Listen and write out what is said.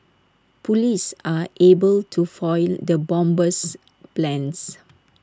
Police are able to foil the bomber's plans